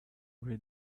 read